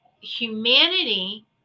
humanity